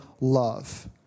love